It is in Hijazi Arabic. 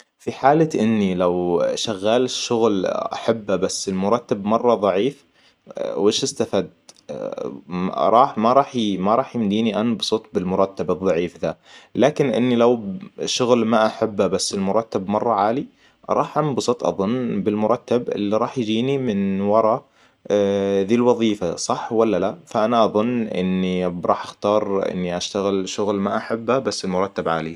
في حالة إني لو شغال الشغل احبه بس المرتب مرة ضعيف. وش استفدت؟ راح ما راح ما راح يمديني انبسط بالمرتب الضعيف ذا. لكن اني لو شغل ما احبه بس المرتب مره عالي. راح انبسط اظن بالمرتب اللي راح يجيني من ورا ذي الوظيفة صح ولا لا؟ فأنا أظن إني راح أختار إني أشتغل شغل ما أحبه بس المرتب عالي